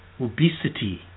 obesity